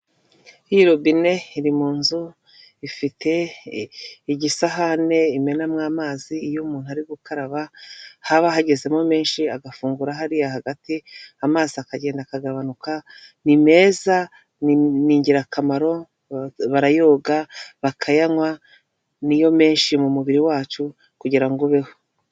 Iyi robine iri mu nzu, ifite igisahane imenamo amazi iyo umuntu ari gukaraba, haba hagezemo menshi agafungura hariya hagati, amazi akagenda akagabanuka, ni meza, ni ingirakamaro, barayoga, bakayanywa, niyo menshi mu mubiri wacu kugira ngo ubeho.